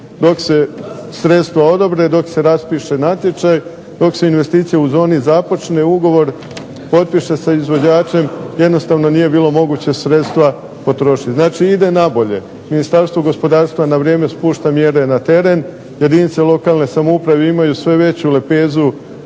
Dok se sredstva odobre, dok se raspiše natječaj, dok se investicija u zoni započne ugovor potpiše sa izvođačem jednostavno nije bilo moguće sredstva potrošiti. Znači, ide na bolje. Ministarstvo gospodarstva na vrijeme spušta mjere na teren, jedinice lokalne samouprave imaju sve veću lepezu